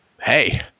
hey